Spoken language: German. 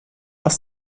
aus